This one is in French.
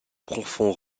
profond